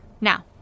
Now